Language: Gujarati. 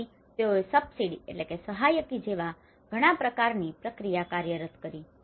તેથી તેઓએ સબસિડી subsidy સહાયકી જેવાં ઘણા પ્રકારની પ્રક્રિયા કાર્યરત કરી